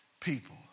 people